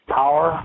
power